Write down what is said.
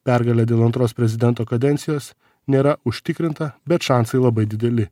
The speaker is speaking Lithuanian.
pergalė dėl antros prezidento kadencijos nėra užtikrinta bet šansai labai dideli